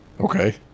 Okay